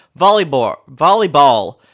volleyball